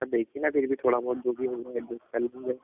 sir देखिए ना फिर भी थोड़ा बहुत जो भी हो एडजस्ट कर लीजिए